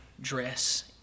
dress